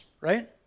right